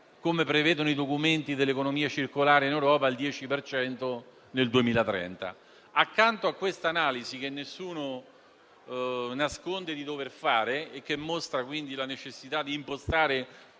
come prevedono i documenti dell'economia circolare in Europa, al 10 per cento nel 2030. Accanto a questa analisi, che nessuno nasconde di dover fare e che mostra, quindi, la necessità di impostare